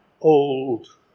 old